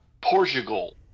Portugal